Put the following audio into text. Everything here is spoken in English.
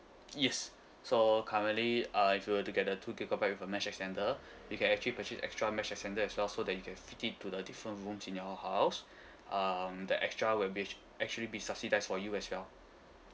yes so currently uh if you will to get a two gigabyte with a mesh extender you can actually purchase extra mesh extender as well so that you can fit it to the different rooms in your house um the extra will be actually be subsidised for you as well